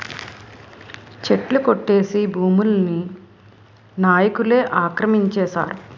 చెట్లు కొట్టేసి భూముల్ని నాయికులే ఆక్రమించేశారు